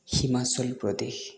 Himachal Pradesh